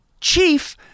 chief